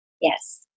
Yes